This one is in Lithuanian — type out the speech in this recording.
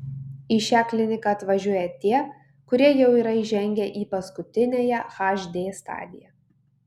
į šią kliniką atvažiuoja tie kurie jau yra įžengę į paskutiniąją hd stadiją